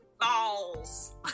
balls